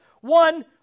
One